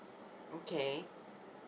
okay